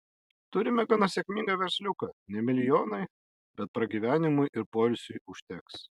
turime gana sėkmingą versliuką ne milijonai bet pragyvenimui ir poilsiui užteks